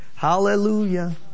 Hallelujah